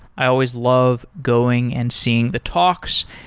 i always love going and seeing the talks,